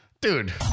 dude